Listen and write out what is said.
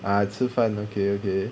ah 吃饭 okay okay